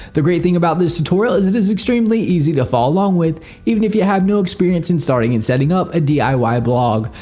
the great thing about this tutorial is it is extremely easy to follow along with even if you have no experience in starting and setting up a diy blog.